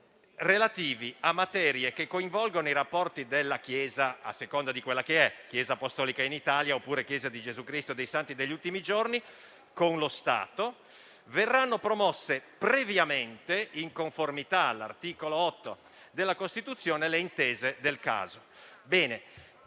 relativi a materie che coinvolgono i rapporti della Chiesa Apostolica in Italia» (oppure della chiesa di Gesù Cristo e dei Santi degli ultimi giorni) «con lo Stato, verranno promosse, previamente in conformità all'articolo 8 della Costituzione, le intese del caso».